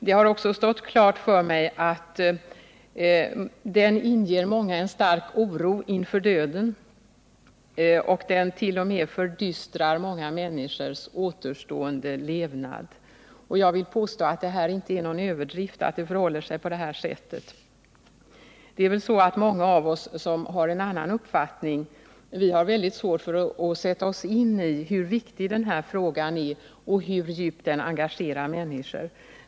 Det har också stått klart för mig att den inger många en stark oro inför döden. Den t.o.m. fördystrar många människors återstående levnad. Jag vill påstå att det inte är någon överdrift att det förhåller sig på det här sättet. Många av oss som har en annan uppfattning har väldigt svårt för att sätta oss in i hur viktig den här frågan är och hur djupt den engagerar människor.